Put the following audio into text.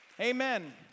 Amen